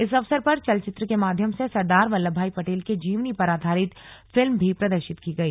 इस अवसर पर चलचित्र के माध्यम से सरदार वल्लभभाई पटेल के जीवनी पर आधारित फिल्म भी प्रदर्शित की गई